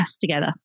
together